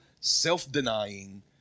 self-denying